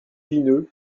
vineux